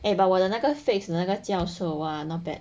诶 but 我的那个 face 那个教授 !wah! not bad